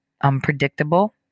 unpredictable